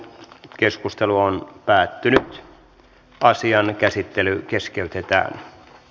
keskustelu päättyi ja asian käsittely keskeytettiin